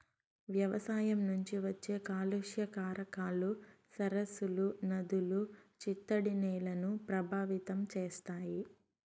వ్యవసాయం నుంచి వచ్చే కాలుష్య కారకాలు సరస్సులు, నదులు, చిత్తడి నేలలను ప్రభావితం చేస్తాయి